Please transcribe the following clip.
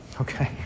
Okay